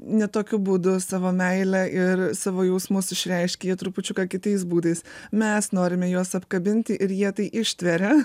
ne tokiu būdu savo meilę ir savo jausmus išreiškia jie trupučiuką kitais būdais mes norime juos apkabinti ir jie tai ištveria